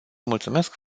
mulțumesc